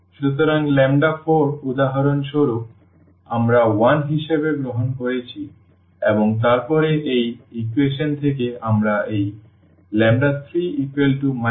সুতরাং 4 উদাহরণস্বরূপ আমরা 1 হিসাবে গ্রহণ করেছি এবং তারপরে এই ইকুয়েশন থেকে আমরা এই 3 1211 1 পেতে পারি